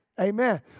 Amen